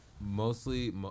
mostly